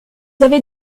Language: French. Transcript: avez